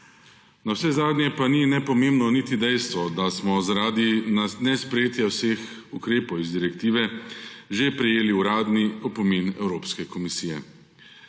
Navsezadnje pa ni nepomembno niti dejstvo, da smo zaradi nesprejetja vseh ukrepov iz direktive že prejeli uradni opomin Evropske komisije.